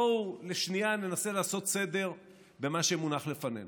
בואו לשנייה ננסה לעשות סדר במה שמונח לפנינו: